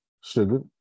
Sugar